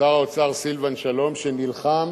שר האוצר סילבן שלום, שנלחם